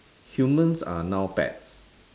humans are now pets